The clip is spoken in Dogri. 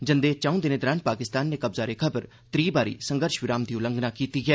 जंदे चौं दिनें दौरान पाकिस्तान नै कब्जा रेखा पर त्रीऽ बारी संघर्ष विराम दी उल्लंघना कीती ऐ